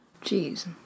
Jeez